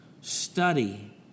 study